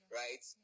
right